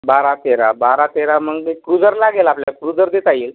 बारा तेरा बारा तेरा म्हणजे क्रूझर लागेल आपल्याल क्रूझर देता येईल